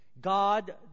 God